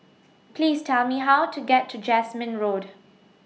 Please Tell Me How to get to Jasmine Road